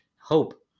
Hope